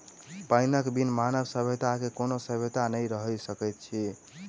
पाइनक बिन मानव सभ्यता के कोनो सभ्यता नै रहि सकैत अछि